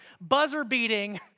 buzzer-beating